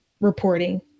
reporting